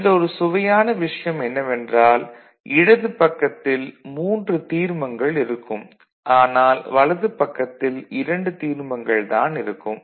இதில் ஒரு சுவையான விஷயம் என்னவென்றால் இடதுப் பக்கத்தில் 3 தீர்மங்கள் இருக்கும் ஆனால் வலது பக்கத்தில் 2 தீர்மங்கள் தான் இருக்கும்